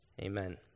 Amen